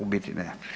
U biti ne.